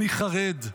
אני חרד.